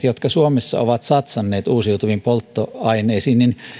jotka suomessa ovat satsanneet uusiutuviin polttoaineisiin